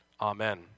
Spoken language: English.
Amen